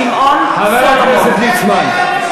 חבר הכנסת ליצמן.